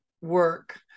work